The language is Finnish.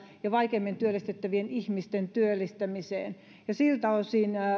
ja vaikeimmin työllistettävien ihmisten työllistämiseen